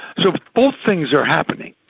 so both things are happening.